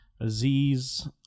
Aziz